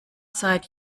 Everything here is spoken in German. seit